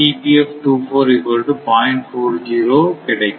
இதை நான் போட்டால் கிடைக்கும்